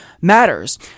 matters